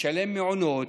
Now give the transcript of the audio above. לשלם מעונות,